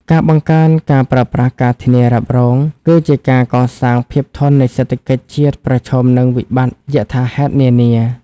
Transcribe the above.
ការបង្កើនការប្រើប្រាស់ការធានារ៉ាប់រង គឺជាការកសាងភាពធន់នៃសេដ្ឋកិច្ចជាតិប្រឈមនឹងវិបត្តិយថាហេតុនានា។